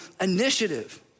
initiative